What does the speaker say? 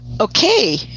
Okay